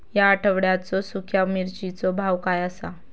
या आठवड्याचो सुख्या मिर्चीचो भाव काय आसा?